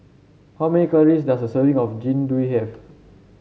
how many calories does a serving of Jian Dui have